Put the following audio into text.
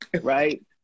right